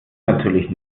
natürlich